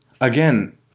again